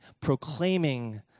proclaiming